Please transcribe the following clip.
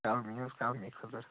کَلمی حظ کَلمی کھزٕر